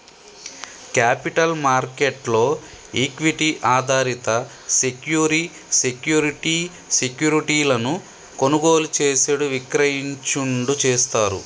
capital market లో equity ఆధారిత సెక్యూరి సెక్యూరిటీ సెక్యూరిటీలను కొనుగోలు చేసేడు విక్రయించుడు చేస్తారు